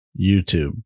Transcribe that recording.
YouTube